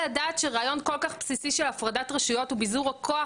עכשיו לא יעלה על הדעת שרעיון כל כך בסיסי של הפרדת רשויות וביזור הכוח,